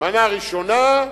מנה ראשונה,